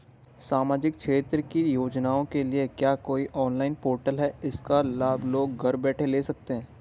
सामाजिक क्षेत्र की योजनाओं के लिए क्या कोई ऑनलाइन पोर्टल है इसका लाभ लोग घर बैठे ले सकते हैं?